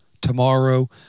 Tomorrow